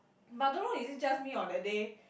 but don't know is it just me or that day